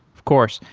of course,